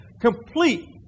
complete